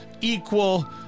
equal